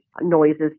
noises